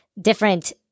different